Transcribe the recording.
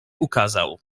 ukazał